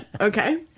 Okay